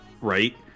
Right